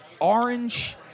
orange